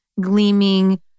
gleaming